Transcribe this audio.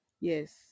Yes